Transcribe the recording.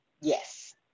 Yes